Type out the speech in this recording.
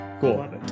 Cool